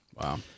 wow